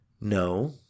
No